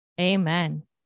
Amen